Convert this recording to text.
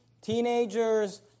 teenagers